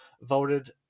voted